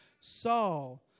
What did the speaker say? Saul